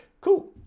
cool